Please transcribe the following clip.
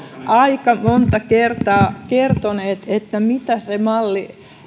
aika monta kertaa kertoneet mitä se malli